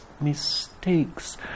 mistakes